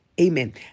amen